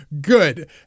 good